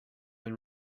been